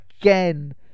again